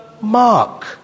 mark